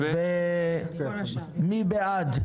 הרביזיה מוסרת מסדר היום.